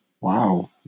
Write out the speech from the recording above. Wow